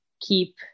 keep